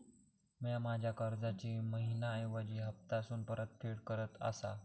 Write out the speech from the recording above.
म्या माझ्या कर्जाची मैहिना ऐवजी हप्तासून परतफेड करत आसा